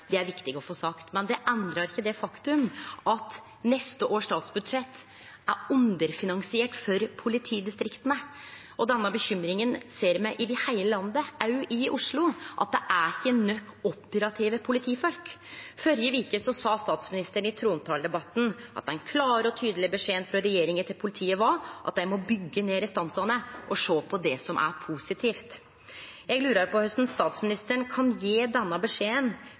Det er viktig å få sagt. Men det endrar ikkje det faktum at statsbudsjettet for neste år er underfinansiert for politidistrikta. Og denne bekymringa ser me over heile landet, også i Oslo; det er ikkje nok operative politifolk. Førre veka sa statsministeren i trontaledebatten at den klare og tydelege beskjeden frå regjeringa til politiet var at dei må byggje ned restansane og sjå på det som er positivt. Eg lurer på korleis statsministeren kan gje denne beskjeden